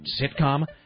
sitcom